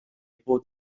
bod